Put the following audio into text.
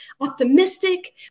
Optimistic